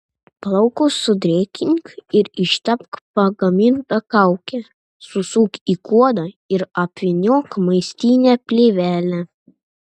plaukus sudrėkink ir ištepk pagaminta kauke susuk į kuodą ir apvyniok maistine plėvele